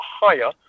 higher